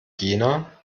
jena